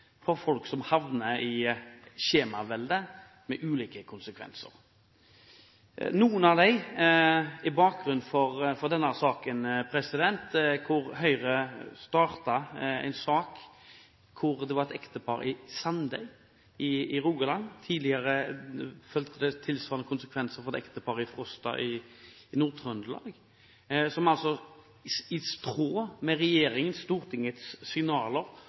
fra folk som havner i skjemaveldet med ulike konsekvenser. Noen av dem er bakgrunnen for denne saken, hvor Høyre startet en sak med et ektepar fra Sandeid i Rogaland og en sak med tilsvarende konsekvenser for et ektepar i Frosta i Nord-Trøndelag. I tråd med regjeringens og Stortingets signaler,